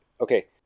Okay